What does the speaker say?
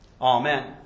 Amen